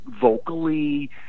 vocally